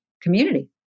community